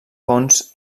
pons